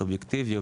סובייקטיבי,